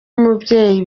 umubyeyi